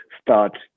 start